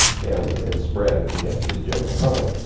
and and spread of the net to the general public.